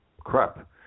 crap